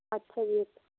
ਅੱਛਾ ਜੀ ਅੱਛਾ